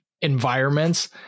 environments